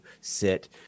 sit